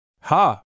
Ha